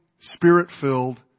spirit-filled